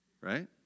right